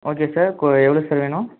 okay sir கொ எவ்வளோ sir வேணும்